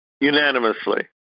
unanimously